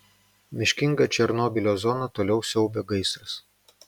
miškingą černobylio zoną toliau siaubia gaisras